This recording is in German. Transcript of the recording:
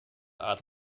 art